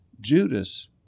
Judas